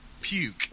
puke